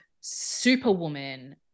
superwoman